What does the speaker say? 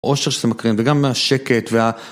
אושר שזה מקרין, וגם מהשקט וה...